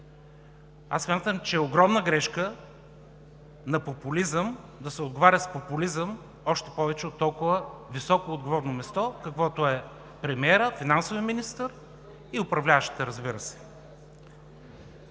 – смятам, че е огромна грешка на популизъм да се отговаря с популизъм, още повече от толкова високоотговорно място, каквото е премиерът, финансовият министър и, разбира се,